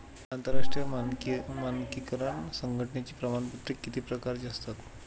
आंतरराष्ट्रीय मानकीकरण संघटनेची प्रमाणपत्रे किती प्रकारची असतात?